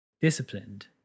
disciplined